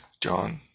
John